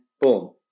boom